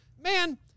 man